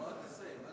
לא, אל תסיים.